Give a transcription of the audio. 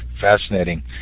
Fascinating